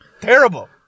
Terrible